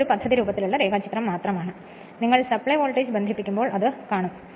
ഇതൊരു പദ്ധതിരൂപത്തിൽ ഉള്ള ഒരു രേഖാചിത്രം മാത്രമാണ് എന്നാൽ നിങ്ങൾ സപ്ലൈ വോൾട്ടേജ് ബന്ധിപ്പിക്കുമ്പോൾ അത് കാണും